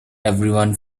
everyone